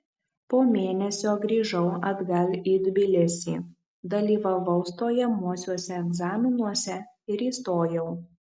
po mėnesio grįžau atgal į tbilisį dalyvavau stojamuosiuose egzaminuose ir įstojau